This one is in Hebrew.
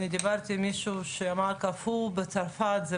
אני דיברתי עם מישהו שאמר ש'קרפור' בצרפת זה